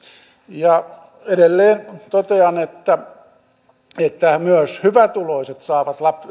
ja edelleen totean että myös hyvätuloiset saavat